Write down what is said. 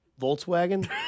Volkswagen